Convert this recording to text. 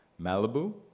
Malibu